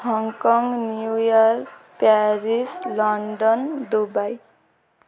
Hong Kong New York Paris London Dubai